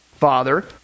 father